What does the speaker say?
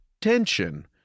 tension